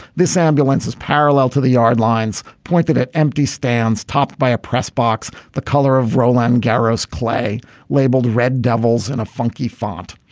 this ambulance is parallel to the yard lines pointing at empty stands topped by a press box. the color of roland garros. clay labeled red devils in a funky font.